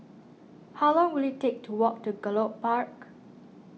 how long will it take to walk to Gallop Park